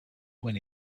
when